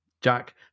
Jack